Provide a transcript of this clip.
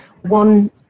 One